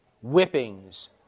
whippings